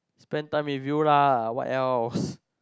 spend time with you lah what else